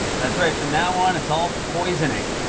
that's right. from now on, it's all poisoning.